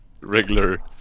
regular